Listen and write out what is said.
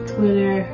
Twitter